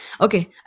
Okay